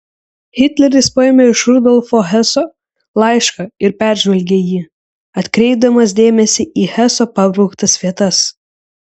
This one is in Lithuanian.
hitleris paėmė iš rudolfo heso laišką ir peržvelgė jį atkreipdamas dėmesį į heso pabrauktas vietas